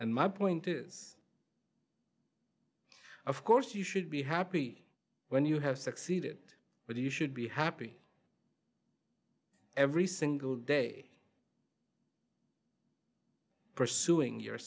and my point is of course you should be happy when you have succeeded but you should be happy every single day pursuing your